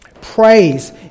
praise